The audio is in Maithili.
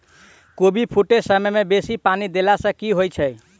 कोबी फूटै समय मे बेसी पानि देला सऽ की होइ छै?